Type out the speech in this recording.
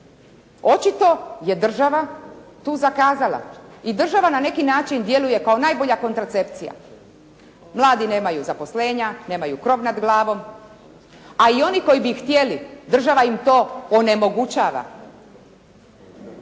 Očito je država tu zakazala i država na neki način djeluje kao najbolja kontracepcija. Mladi nemaju zaposlenja, nemaju krov nad glavom, a i oni koji bi htjeli, država im to onemogućava.